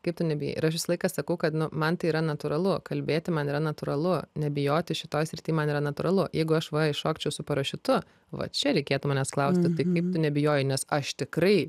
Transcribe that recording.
kaip tu nebijai ir aš visą laiką sakau kad nu man tai yra natūralu kalbėti man yra natūralu nebijoti šitoj srity man yra natūralu jeigu aš va iššokčiau su parašiutu va čia reikėtų manęs klausti tai kaip tu nebijojai nes aš tikrai